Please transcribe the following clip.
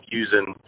using